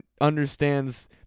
understands